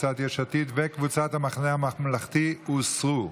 קבוצת יש עתיד וקבוצת המחנה הממלכתי הוסרו.